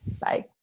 Bye